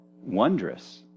Wondrous